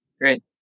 great